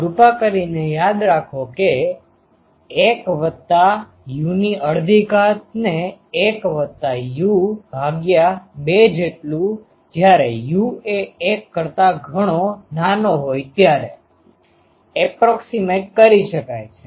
હવે કૃપા કરીને યાદ રાખો કે 1u12 ≅1u2u≪1 1 વત્તા u ની અડધી ઘાત ને 1 વત્તા u ભાગ્ય 2 જેટલુંજયરે u એ 1 કરતા ઘણો નાનો હોય ત્યારે એપ્રોકસીમેટ કરી શકાય છે